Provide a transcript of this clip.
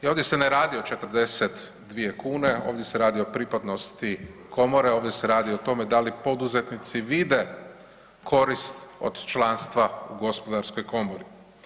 I ovdje se ne radi o 42 kune ovdje se radi o pripadnosti komore, ovdje se radi o tome da li poduzetnici vide korist od članstva u gospodarskoj komori.